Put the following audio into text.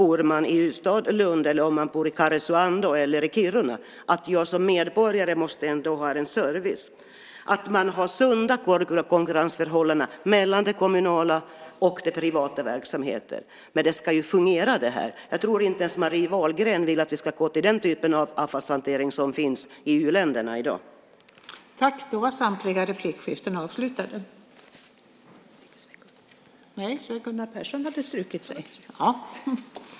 Oavsett om man bor i Ystad, Lund, Karesuando eller Kiruna ska man som medborgare ha service. Man ska ha sunda konkurrensförhållanden mellan kommunala och privata verksamheter. Men det ska ju fungera. Jag tror inte att ens Marie Wahlgren vill att vi ska gå till den typ av avfallshantering som man har i u-länderna i dag.